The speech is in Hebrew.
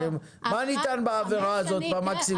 מה ניתן בעבירה הזאת במקסימום?